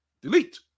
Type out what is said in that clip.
delete